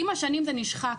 עם השנים זה נשחק.